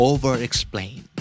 Overexplain